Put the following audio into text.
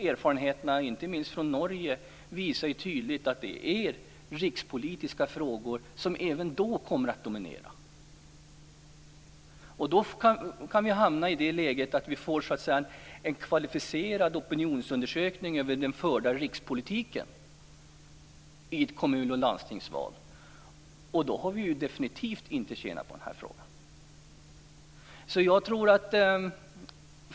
Erfarenheterna inte minst från Norge visar tydligt att det är rikspolitiska frågor som även då kommer att dominera. Då kan vi hamna i ett sådant läge att vi får så att säga en kvalificerad opinionsundersökning över den förda rikspolitiken i ett kommunal och landstingsval. Och då har vi definitivt inte tjänat på detta.